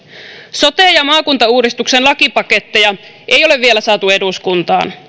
sote ja maakuntauudistuksen lakipaketteja ei ole vielä saatu eduskuntaan